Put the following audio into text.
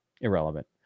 irrelevant